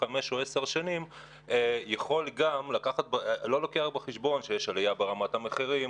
5 או 10 שנים לא לוקח בחשבון שיש עלייה ברמת המחירים,